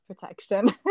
protection